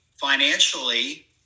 financially